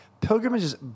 Pilgrimages